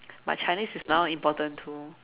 but Chinese is now important too